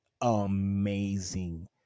amazing